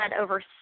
over